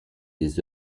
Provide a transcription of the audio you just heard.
des